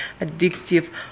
addictive